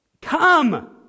Come